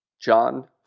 John